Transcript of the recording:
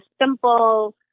simple